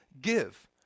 give